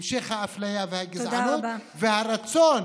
המשך האפליה והגזענות והרצון